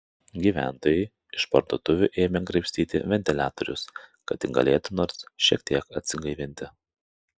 gyventojai iš parduotuvių ėmė graibstyti ventiliatorius kad tik galėtų nors šiek tiek atsigaivinti